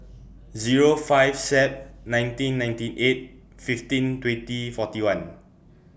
Zero five Sep nineteen ninety eight fifteen twenty forty one